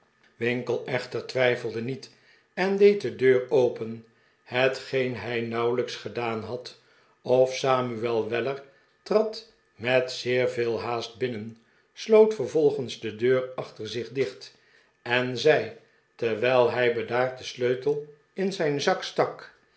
winkle echter twijfelde niet en deed de deur open hetgeen hij nauwelijks gedaan had of samuel weller trad met zeer veel haast binnen sloot vervolgens de deur achter zjch dicht en zei terwijl hij bedaard den sleutel in zijn zak stak